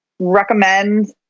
Recommend